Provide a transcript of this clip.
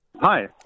Hi